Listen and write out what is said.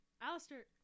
Alistair